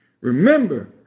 Remember